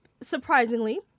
Surprisingly